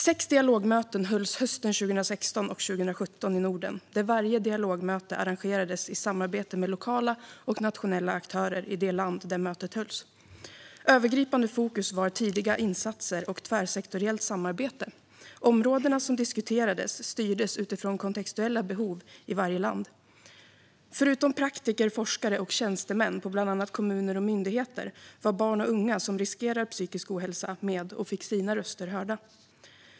Sex dialogmöten hölls 2016 och 2017 i Norden, och varje dialogmöte arrangerades i samarbete med lokala och nationella aktörer i det land där mötet hölls. Övergripande fokus var tidiga insatser och tvärsektoriellt samarbete. Områdena som diskuterades styrdes utifrån kontextuella behov i varje land. Förutom praktiker, forskare och tjänstemän vid bland annat kommuner och myndigheter var barn och unga som riskerar psykisk ohälsa med och fick sina röster hörda.